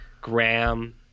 Graham